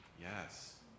Yes